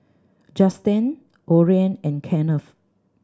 Justen Orion and Kenneth